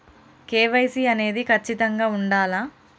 KYC అనేది ఖచ్చితంగా ఉండాలా?